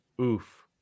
oof